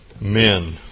men